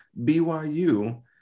BYU